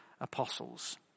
apostles